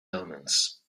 omens